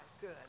Good